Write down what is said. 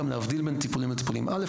גם להבדיל בין טיפולים לטיפולים: ראשית,